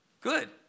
Good